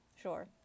Sure